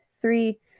three